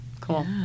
cool